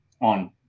on